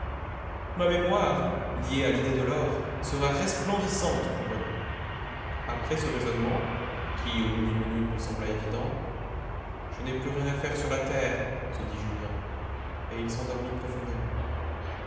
ma mémoire liée à l'idée de l'or sera resplendissante pour eux après ce raisonnement qui au bout d'une minute lui sembla évident je n'ai plus rien à faire sur la terre se dit julien et il s'endormit profondément